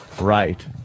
Right